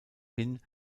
hin